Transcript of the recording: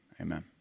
amen